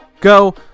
Go